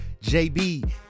JB